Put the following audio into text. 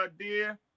idea